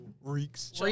reeks